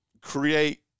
create